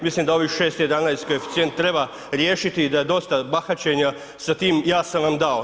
Mislim da ovih 6,11 koeficijent treba riješiti i da je dosta bahaćenja sa tim ja sam vam dao.